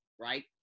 Right